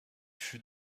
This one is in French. fut